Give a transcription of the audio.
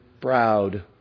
proud